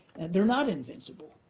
they're not invincible,